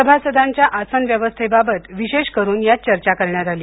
सभासदांच्या आसन व्यवस्थेबाबत विशेष करून यात चर्चा करण्यात आली